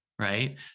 right